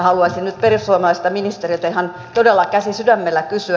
haluaisin nyt perussuomalaiselta ministeriltä ihan todella käsi sydämellä kysyä